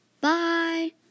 Bye